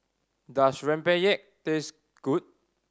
does rempeyek taste good